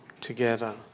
together